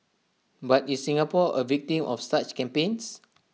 but is Singapore A victim of such campaigns